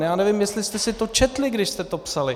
Já nevím, jestli jste si to četli, když jste to psali.